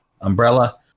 umbrella